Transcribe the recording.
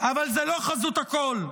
אבל זו לא חזות הכול.